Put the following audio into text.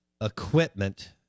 Equipment